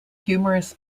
humorous